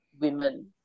women